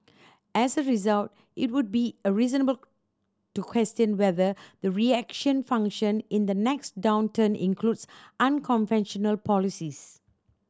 as a result it would be a reasonable to question whether the reaction function in the next downturn includes unconventional policies